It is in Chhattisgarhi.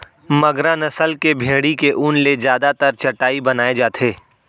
मगरा नसल के भेड़ी के ऊन ले जादातर चटाई बनाए जाथे